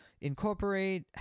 incorporate